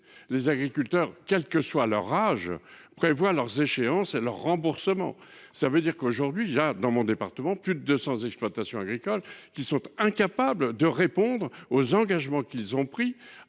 les agriculteurs, quel que soit leur âge, prévoient leurs échéances et leurs remboursements. Cela signifie que, à l’heure actuelle, dans mon département, plus de 200 exploitants agricoles sont incapables de répondre aux engagements qu’ils ont pris,